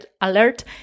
alert